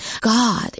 God